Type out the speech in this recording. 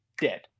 dead